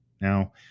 Now